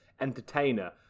entertainer